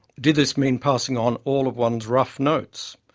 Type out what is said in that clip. did this mean passing on all of one's rough notes?